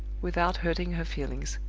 without hurting her feelings.